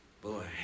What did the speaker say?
boy